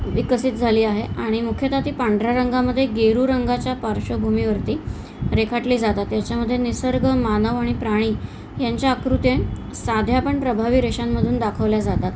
विकसित झाली आहे आणि मुख्यतः ती पांढरा रंगामध्ये गेरू रंगाच्या पार्श्वभूमीवरती रेखाटली जातात याच्यामध्ये निसर्ग मानव आणि प्राणी यांच्या आकृती साध्या पण प्रभावी रेषांमधून दाखवल्या जातात